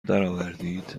درآورید